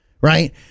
right